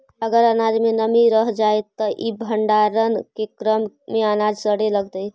अगर अनाज में नमी रह जा हई त भण्डारण के क्रम में अनाज सड़े लगतइ